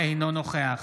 אינו נוכח